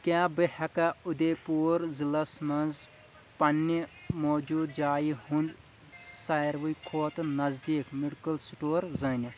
کیٛاہ بہٕ ہیٚکا اُدے پوٗر ضلعس مَنٛز پننہِ موٗجوٗد جایہِ ہُنٛد ساروِی کھۄتہٕ نزدیٖک میڈکل سٹور زٲنِتھ